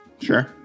Sure